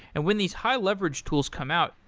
and when these high leveraged tools come out,